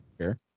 Sure